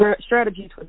strategies